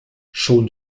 schon